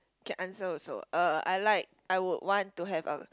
can answer also uh I like I would want to have a